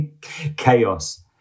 chaos